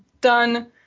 done